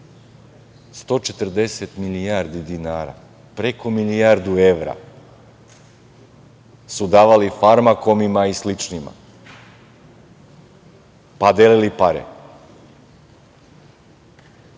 140 milijardi dinara, preko milijardu evra su davali Farmakomima i sličnima, pa delili pare. Sad